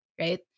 right